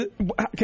okay